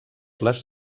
les